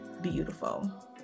beautiful